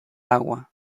agua